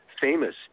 famous